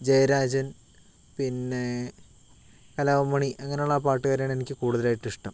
ജയരാജൻ പിന്നേ കലാഭൻ മണി അങ്ങനുള്ള ആ പാട്ടുകാരെയാണ് എനിക്ക് കൂടുതലായിട്ട് ഇഷ്ടം